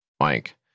Mike